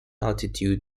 altitude